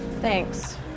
thanks